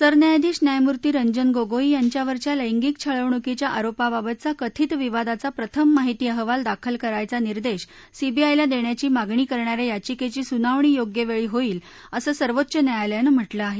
सरन्यायाधीश न्यायमूर्ती रंजन गोगोई यांच्यावरच्या लैंगिक छळवणुकीच्या आरोपाबाबतचा कथित विवादाचा प्रथम माहिती अहवाल दाखल करायचा निर्देश सीबीआयला देण्याची मागणी करणा या याचिकेची सुनावणी योग्य वेळी होईल असं सर्वोच्च न्यायालयानं म्हटलं आहे